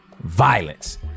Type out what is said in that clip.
violence